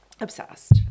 Obsessed